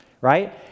right